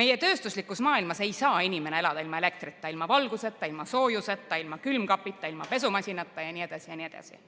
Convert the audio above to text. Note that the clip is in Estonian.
Meie tööstuslikus maailmas ei saa inimene elada ilma elektrita, ilma valguseta, ilma soojuseta, ilma külmkapita, ilma pesumasinata jne, jne.